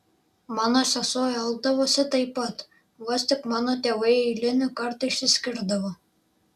mano sesuo elgdavosi taip pat vos tik mano tėvai eilinį kartą išsiskirdavo